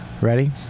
Ready